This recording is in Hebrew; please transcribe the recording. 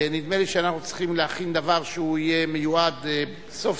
ונדמה לי שאנחנו צריכים להכין דבר שיהיה מיועד סוף-סוף,